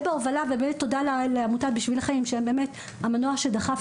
באמת תודה לעמותת "בשביל החיים" שהם באמת המנוע שדחף